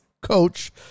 coach